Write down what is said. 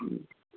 ꯎꯝ